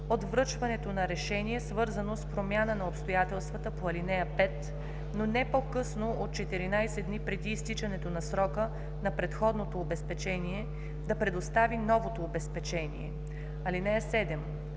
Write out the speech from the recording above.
от връчването на решение, свързано с промяна на обстоятелствата по ал. 5, но не по-късно от 14 дни преди изтичането на срока на предходното обезпечение, да предостави новото обезпечение. (7)